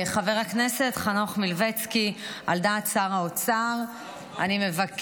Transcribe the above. חבר הכנסת חנוך מלביצקי, על דעת שר האוצר, דב.